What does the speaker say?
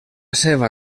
seva